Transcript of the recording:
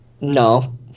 No